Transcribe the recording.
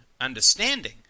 understanding